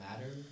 matter